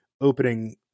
opening